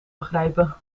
begrijpen